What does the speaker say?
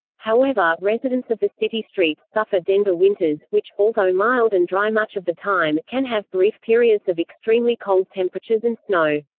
however, residents of the city streets suffer denver winters which, although mild and dry much of the time, can have brief periods of extremely cold temperatures and snow.